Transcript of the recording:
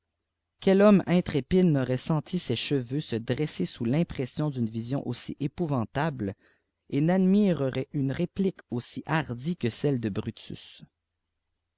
quel homme intrépide n'aurait senti ses cheveux se dresseï sous l'impression d'une vision aussi épouvantable et n'admirerait une répuque aussi hardie que celle de brutus